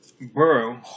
Borough